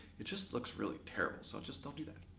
it just looks really terrible. so just don't do that.